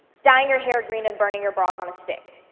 dyeing your hair green and burning your bras on a stick.